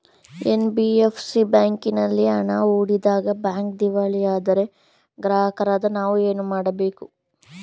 NBFC ಬ್ಯಾಂಕಿನಲ್ಲಿ ಹಣ ಹೂಡಿದಾಗ ಬ್ಯಾಂಕ್ ದಿವಾಳಿಯಾದರೆ ಗ್ರಾಹಕರಾದ ನಾವು ಏನು ಮಾಡಬೇಕು?